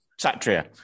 Satria